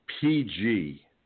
PG